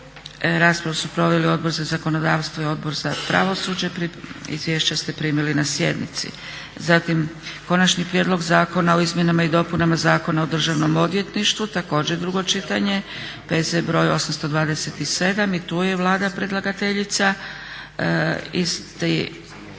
Raspravu su proveli Odbor za zakonodavstvo i Odbor za pravosuđe. Izvješća ste primili na sjednici. Zatim, - Konačni prijedlog zakona o izmjenama i dopunama Zakona o državnom odvjetništvu, drugo čitanje, P.Z. br. 827; I tu je Vlada predlagateljica, a